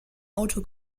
auto